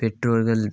பெற்றோர்கள்